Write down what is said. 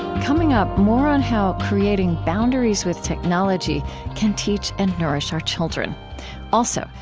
coming up, more on how creating boundaries with technology can teach and nourish our children also,